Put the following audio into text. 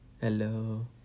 hello